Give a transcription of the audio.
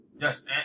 Yes